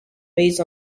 based